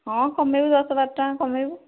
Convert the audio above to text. ହଁ କମାଇବୁ ଦଶ ବାର ଟଙ୍କା କମାଇବୁ